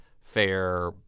fair